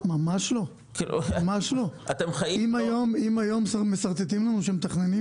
ממש לא, ממש לא, אם היום משרטטים לנו שמתכננים